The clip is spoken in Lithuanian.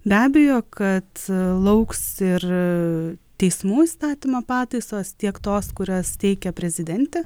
be abejo kad lauks ir teismų įstatymo pataisos tiek tos kurias teikia prezidentė